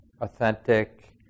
authentic